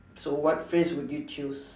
so what phrase would you choose